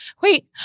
wait